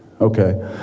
Okay